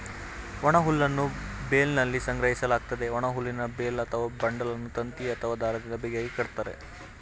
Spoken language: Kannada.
ಒಣಹುಲ್ಲನ್ನು ಬೇಲ್ನಲ್ಲಿ ಸಂಗ್ರಹಿಸಲಾಗ್ತದೆ, ಒಣಹುಲ್ಲಿನ ಬೇಲ್ ಅಥವಾ ಬಂಡಲನ್ನು ತಂತಿ ಅಥವಾ ದಾರದಿಂದ ಬಿಗಿಯಾಗಿ ಕಟ್ತರೆ